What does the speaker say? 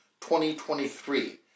2023